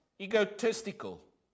egotistical